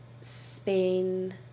spain